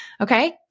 Okay